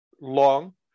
long